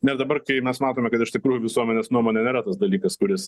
nes dabar kai mes matome kad iš tikrųjų visuomenės nuomonė nėra tas dalykas kuris